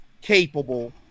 capable